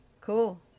Cool